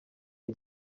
had